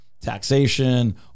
taxation